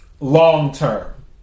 long-term